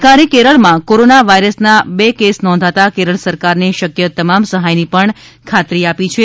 સરકારે કેરળમાં કોરોના વાયરસના બે કેસ નોંધાતા કેરળ સરકારને શક્ય તમામ સહાયની પણ ખાતરી આપી છે